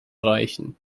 reichen